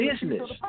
business